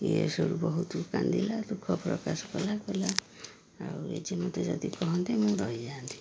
ଏ ସବୁ ବହୁତ କାନ୍ଦିଲା ଦୁଃଖ ପ୍ରକାଶ କଲା କହିଲା ଆଉ ଏଜେ ମୋତେ ଯଦି କୁହନ୍ତେ ମୁଁ ରହିଯାଆନ୍ତି